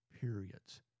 periods